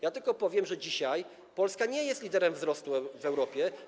Ja tylko powiem, że dzisiaj Polska nie jest liderem wzrostu w Europie.